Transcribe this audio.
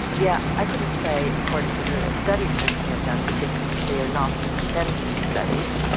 yeah i couldn't say according to the studies that we have done because they are not intervention studies,